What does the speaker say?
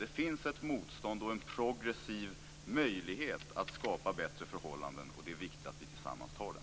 Det finns ett motstånd och en progressiv möjlighet att skapa bättre förhållanden, och det är viktigt att vi tillsammans tar den.